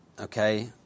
Okay